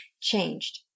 changed